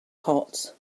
hot